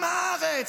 עם הארץ,